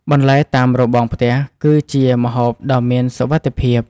បន្លែតាមរបងផ្ទះ គឺជាម្ហូបដ៏មានសុវត្ថិភាព។